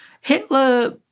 Hitler